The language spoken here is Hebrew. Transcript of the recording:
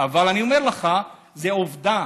אבל אני אומר לך, זו עובדה.